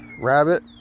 rabbit